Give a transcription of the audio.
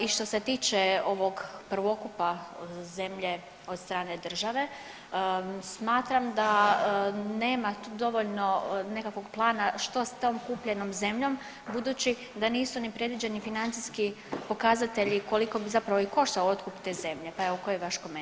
I što se tiče ovog prvokupa zemlje od strane države smatram da nema tu dovoljno nekakvog plana što s tom kupljenom zemljom budući da nisu ni predviđeni financijski pokazatelji koliko bi zapravo i koštao otkup te zemlje, pa evo koji je vaš komentar?